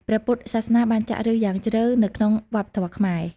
ព្រះពុទ្ធសាសនាបានចាក់ឫសយ៉ាងជ្រៅនៅក្នុងវប្បធម៌ខ្មែរ។